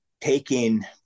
taking